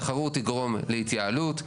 תחרות תגרום להתייעלות,